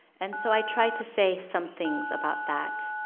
and so i tried to say some things about that.